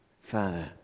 Father